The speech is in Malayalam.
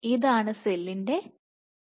ഇതാണ് സെല്ലിന്റെ ട്രെയ്ലിങ് എഡ്ജ്